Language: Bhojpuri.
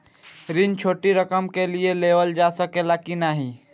ऋण छोटी रकम के लिए लेवल जा सकेला की नाहीं?